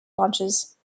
launches